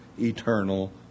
eternal